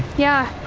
yeah.